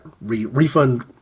refund